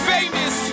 Famous